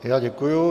Já děkuji.